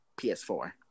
PS4